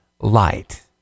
light